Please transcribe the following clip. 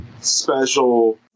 special